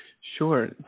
sure